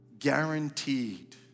guaranteed